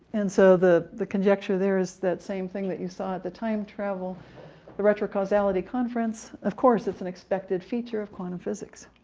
and so the the conjecture there is that same thing that you saw at the time-travel retrocausality conference. of course it's an expected feature of quantum physics.